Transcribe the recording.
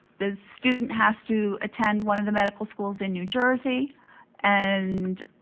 the student has to attend one of the medical schools in new jersey and